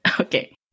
Okay